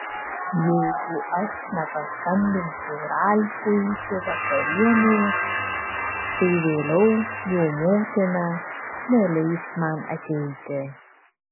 jeigu aš nepaskambinsiu ralfui iki vakarienės tai vėliau jo motina neleis man ateiti